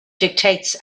dictates